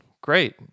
great